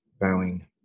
Bowing